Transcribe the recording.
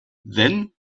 then